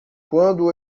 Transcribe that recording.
quando